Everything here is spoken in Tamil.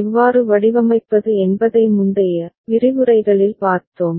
எவ்வாறு வடிவமைப்பது என்பதை முந்தைய விரிவுரைகளில் பார்த்தோம்